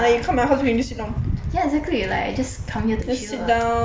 ya exactly like just come here to chill ah